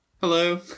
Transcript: Hello